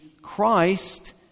Christ